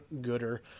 Gooder